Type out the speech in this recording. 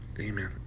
amen